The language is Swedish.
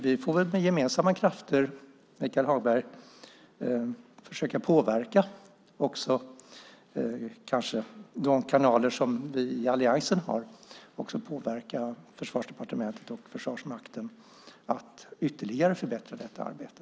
Vi får väl med gemensamma krafter, Michael Hagberg, försöka påverka, också kanske via de kanaler som vi i alliansen har, Försvarsdepartementet och Försvarsmakten att ytterligare förbättra detta arbete.